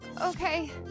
Okay